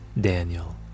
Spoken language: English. Daniel